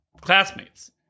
classmates